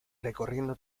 recorriendo